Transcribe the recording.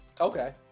okay